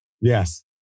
Yes